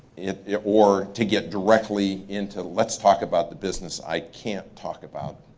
it it were to get directly into let's talk about the business, i can't talk about